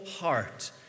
heart